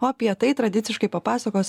o apie tai tradiciškai papasakos